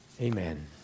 amen